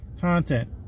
content